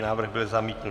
Návrh byl zamítnut.